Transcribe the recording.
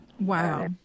Wow